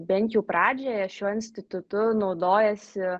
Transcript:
bent jau pradžioje šiuo institutu naudojasi